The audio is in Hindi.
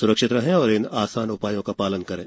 स्रक्षित रहें और इन आसान उपायों का पालन करें